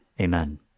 Amen